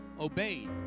obeyed